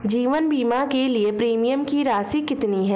जीवन बीमा के लिए प्रीमियम की राशि कितनी है?